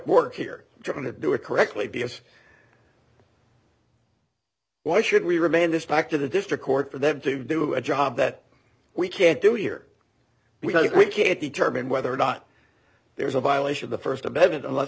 work here trying to do it correctly b s why should we remain this back to the district court for them to do a job that we can't do here because we can't determine whether or not there's a violation of the st amendment unless